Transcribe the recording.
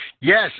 Yes